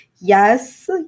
Yes